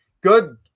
Good –